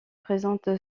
présente